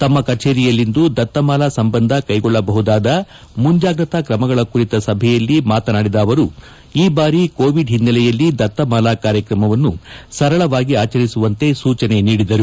ತಮ್ಮ ಕಚೇರಿಯಲ್ಲಿಂದು ದತ್ತಮಾಲಾ ಸಂಬಂಧ ಕ್ಷೆಗೊಳ್ಳಬಹುದಾದ ಮುಜಾಗ್ರತಾ ಕ್ರಮಗಳ ಕುರಿತ ಸಭೆಯಲ್ಲಿ ಮಾತನಾಡಿದ ಅವರು ಈ ಬಾರಿ ಕೋವಿಡ್ ಹಿನ್ನೆಲೆಯಲ್ಲಿ ದತ್ತಮಾಲಾ ಕಾರ್ಯಕ್ರಮವನ್ನು ಸರಳವಾಗಿ ಆಚರಿಸುವಂತೆ ಸೂಚನೆ ನೀದಿದರು